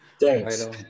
Thanks